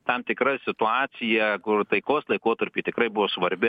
tam tikra situacija kur taikos laikotarpį tikrai buvo svarbi